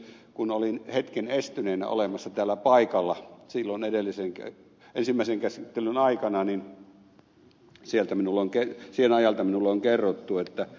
kun olin hetken estyneenä olemasta täällä paikalla silloin ensimmäisen käsittelyn aikana niin siltä ajalta minulle on kerrottu että ed